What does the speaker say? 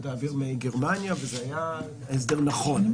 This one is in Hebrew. האוויר מגרמניה וזה היה הסדר נכון.